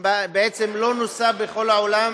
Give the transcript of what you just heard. בעצם לא נוסה בכל העולם,